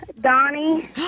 Donnie